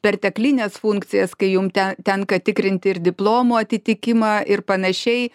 perteklines funkcijas kai jum ten tenka tikrinti ir diplomų atitikimą ir panašiai